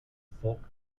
folk